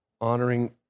honoring